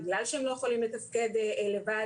בגלל שהם לא יכולים לתפקד לבד,